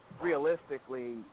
realistically